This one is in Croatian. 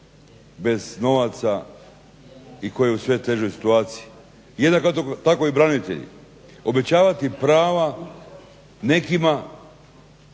bez novaca i koji je u sve težoj situaciji. Jednako tako i branitelji. Obećavati prava nekima